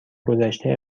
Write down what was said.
گذشته